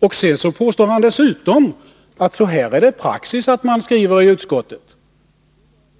Dessutom påstår han att det är praxis att man skriver så i utskottet.